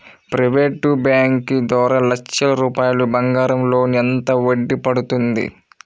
Private bank ద్వారా లక్ష రూపాయలు బంగారం లోన్ ఎంత వడ్డీ పడుతుంది?